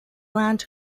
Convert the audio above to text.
land